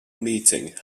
meeting